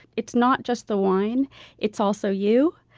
it's not just the wine it's also you.